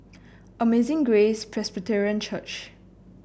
Amazing Grace Presbyterian Church